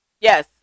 Yes